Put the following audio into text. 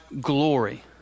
glory